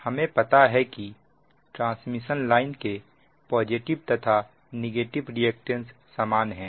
हमें पता है कि ट्रांसमिशन लाइन के पॉजिटिव तथा नेगेटिव रिएक्टेंस समान हैं